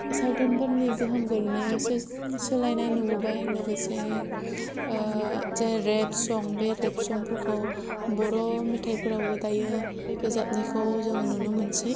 सावथुनफोरनि गोहोम गोलैनायावसो सोलायनाय नुबोबाय लोगोसे आरो जे रेप सं बे रेप सं फोरखौ बर' मेथायफोरावबो दायो जों रोजाबनायखौ जोङो नुनो मोनसै